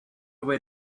away